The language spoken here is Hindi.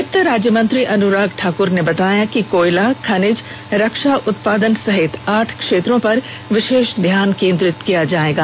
वित्त राज्यमंत्री अनुराग ठाक्र ने बताया कि कोयला खनिज रक्षा उत्पादन सहित आठ क्षेत्रों पर विशेष ध्यान केंद्रित किया जाएगा